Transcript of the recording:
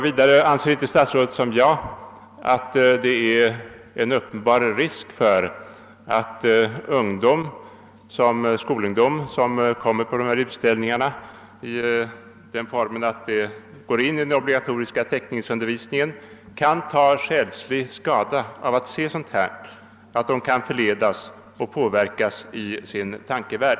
Anser inte också statsrådet som jag att det föreligger uppenbar risk för att skolungdom, som besöker dessa utställningar därför att det ingår i den obligatoriska teckningsundervisningen, kan ta själslig skada av att se sådant och att de kan förledas och påverkas i sin tankevärld?